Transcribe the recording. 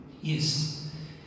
Yes